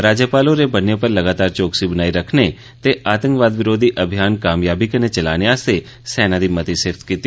राज्यपाल होरें बन्ने पर लगातार चौकसी बनाए रखने ते आतंकवाद विरोधी अभियान कामयाबी कन्नै चलाने आस्तै सेना दी सराह्ना कीती